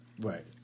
Right